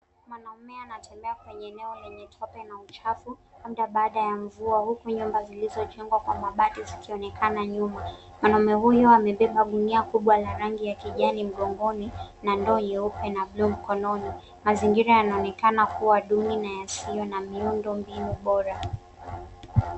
Mwanaume anatembea kwenye eneo lenye tope na uchafu mda baada ya mvua huku nyumba zilizojengwa kwa mabati zikionekana nyuma. mwanaume huyu amebeba gunia kubwa la rangi ya kijani mgongoni na ndoo nyeupe na buluu mkononi. Mazingira yanaonekana kuwa duni na yasiyo na miundo mbinu bora.